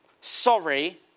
Sorry